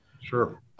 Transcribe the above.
Sure